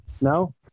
no